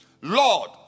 lord